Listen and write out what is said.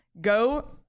go